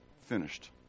finished